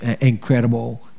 incredible